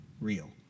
real